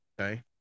Okay